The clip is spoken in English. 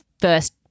first